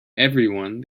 everyone